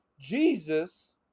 Jesus